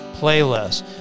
playlist